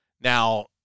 Now